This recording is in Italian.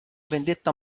vendetta